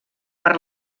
per